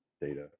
data